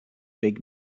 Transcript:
big